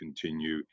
continue